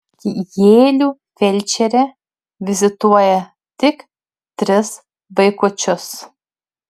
kijėlių felčerė vizituoja tik tris vaikučius